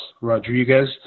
Rodriguez